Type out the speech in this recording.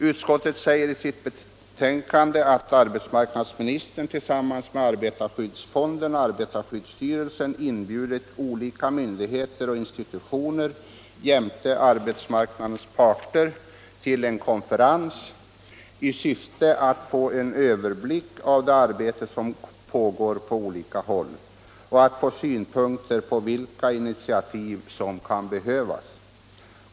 Utskottet säger i sitt betänkande att arbetsmarknadsministern tillsammans med arbetarskyddsfonden och arbetarskyddsstyrelsen inbjudit olika myndigheter och institutioner jämte arbetsmarknadens parter till en konferens i syfte att få en överblick av det arbete som pågår på olika håll och få synpunkter på vilka nya initiativ som kan behövas.